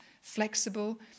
flexible